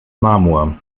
marmor